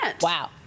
Wow